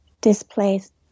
displaced